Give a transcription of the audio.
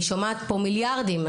אני שומעת פה מיליארדים.